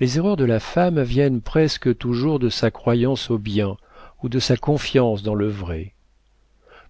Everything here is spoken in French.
les erreurs de la femme viennent presque toujours de sa croyance au bien ou de sa confiance dans le vrai